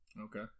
Okay